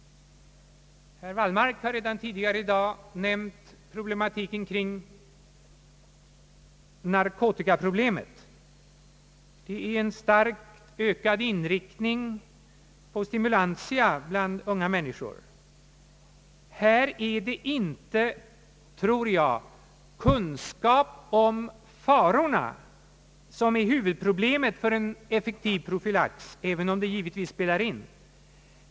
Herr Wallmark har redan tidigare i dag nämnt narkotikaproblemet. Det är här fråga om en starkt ökad inriktning på stimulantia bland unga människor. Här är det inte »kunskap» om farorna som är huvudproblemet för en effektiv profylax, även om den givetvis spelar en stor roll.